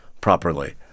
properly